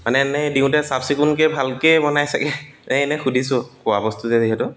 মানে এনেই দিওঁতে চাফ চিকুণকৈ ভালকৈয়ে বনায় ছাগৈ নাই এনে সুধিছোঁ খোৱা বস্তু যে যিহেতু